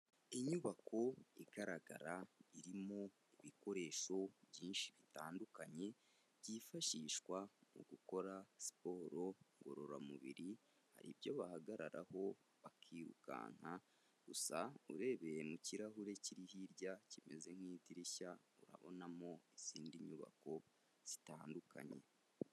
Inyubako igaragara irimo ibikoresho byinshi bitandukanye byifashishwa mu gukora siporo ngororamubiri, hari ibyo bahagararaho baki rukanka gusa urebeye mu kirahure kiri hirya kimeze nk'idirishya urabonamo izindi nyubako zitandukanye.